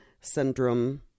syndrome